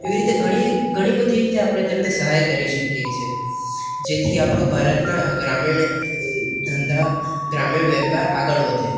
એવી રીતે ઘણી ઘણી બધી રીતે આપણે તેમને સહાય કરી શકીએ છે જેથી આપણું ભારતના ગ્રામીણ ધંધા ગ્રામીણ વ્યાપાર આગળ વધે